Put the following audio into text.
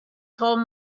told